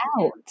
out